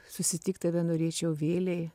susitikt tave norėčiau vėlei